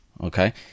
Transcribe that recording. Okay